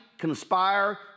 conspire